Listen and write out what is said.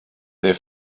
their